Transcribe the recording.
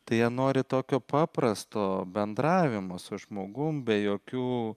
tai jie nori tokio paprasto bendravimo su žmogum be jokių